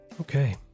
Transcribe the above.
Okay